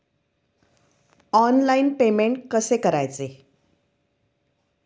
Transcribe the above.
Online payment कसे करायचे?